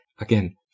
Again